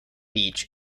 beach